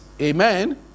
Amen